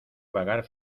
vagar